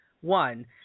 one